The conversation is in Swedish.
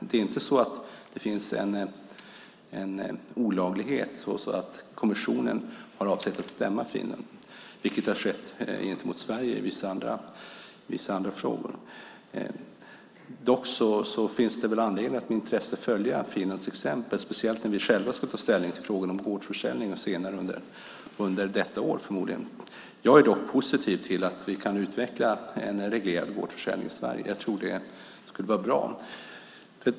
Det finns ingen olaglighet som innebär att kommissionen avser att stämma Finland, vilket har skett gentemot Sverige i vissa andra frågor. Det finns dock anledning att med intresse följa detta i Finland, speciellt när vi själva senare under detta år förmodligen ska ta ställning till frågan om gårdsförsäljning. Jag är positiv till att vi kan utveckla en reglerad gårdsförsäljning i Sverige. Jag tror att det skulle vara bra.